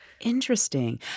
Interesting